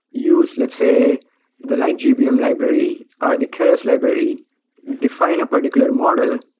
use let's say the lightgbm um library or the kares library define a particular model.